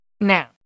Now